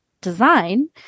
design